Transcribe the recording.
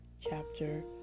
chapter